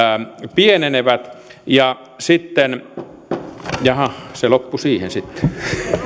pienenevät ja sitten jaha se loppui siihen sitten